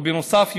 ובנוסף,